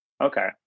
Okay